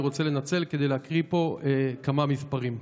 אני רוצה לנצל כדי להקריא פה כמה מספרים.